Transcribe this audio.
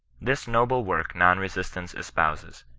this noble work non-resistance espouses,